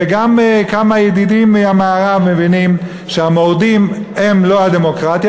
וגם כמה ידידים מהמערב מבינים שהמורדים הם לא הדמוקרטיה,